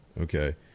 Okay